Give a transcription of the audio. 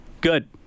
Good